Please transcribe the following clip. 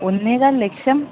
ഒന്നേ കാൽ ലക്ഷം